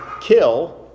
kill